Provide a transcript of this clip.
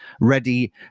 ready